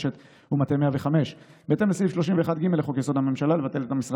בהתאם לסעיף 31(ד) לחוק-יסוד: הממשלה בדבר החלטתה להעביר